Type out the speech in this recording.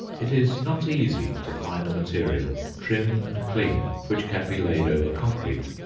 it is not easy to find a material trim and clean which can be laid over concrete,